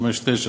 359